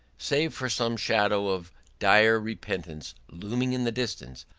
save for some shadow of dire repentance looming in the distance,